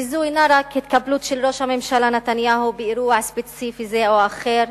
וזו אינה רק התקפלות של ראש הממשלה נתניהו באירוע ספציפי זה או אחר,